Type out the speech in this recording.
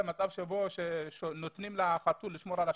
למצב בו נותנים לחתול לשמור על השמנת.